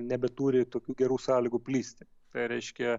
nebeturi tokių gerų sąlygų plisti reiškia